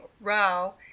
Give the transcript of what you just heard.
row